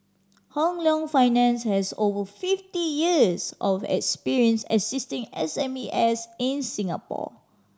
Hong Leong Finance has over fifty years of experience assisting S M E S in Singapore